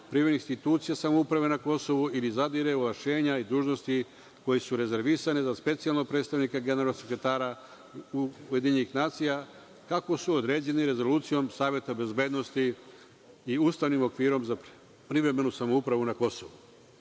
privremenih institucija samouprave na Kosovu ili zadire u ovlašćenja i dužnosti koje su rezervisane za specijalnog predstavnika generalnog sekretara UN, kako su određeni Rezolucijom Saveta bezbednosti i ustavnim okvirom za privremenu samoupravu na Kosovu.“Namena